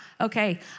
Okay